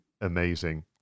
amazing